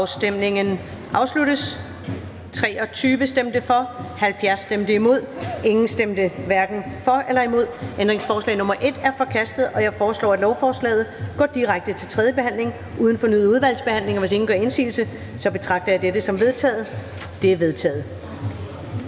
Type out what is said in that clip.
stemte 70 (S, V, DF, KF, NB, LA, KD og Inger Støjberg (UFG)), hverken for eller imod stemte 0. Ændringsforslaget er forkastet. Jeg foreslår, at lovforslaget går direkte til tredje behandling uden fornyet udvalgsbehandling. Hvis ingen gør indsigelse, betragter jeg dette som vedtaget. Det er vedtaget.